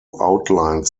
outline